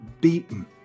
beaten